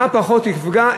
מה פחות יפגע,